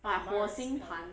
like 火星盘